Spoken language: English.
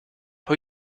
for